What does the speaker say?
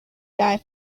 guy